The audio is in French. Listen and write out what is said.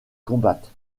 combattent